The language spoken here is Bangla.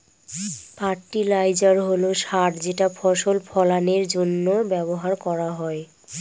ফার্টিলাইজার হল সার যেটা ফসল ফলানের জন্য ব্যবহার করা হয়